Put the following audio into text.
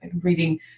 reading